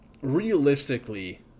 Realistically